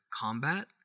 combat